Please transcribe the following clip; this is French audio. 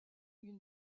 une